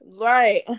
right